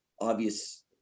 obvious